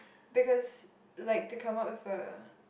because like to come up with a